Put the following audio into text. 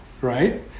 right